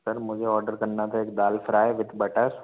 sir मुझे order करना था एक दाल फ़्राए विद बटर